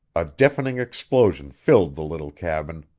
a deafening explosion filled the little cabin.